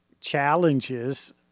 challenges